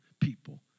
people